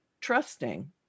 trusting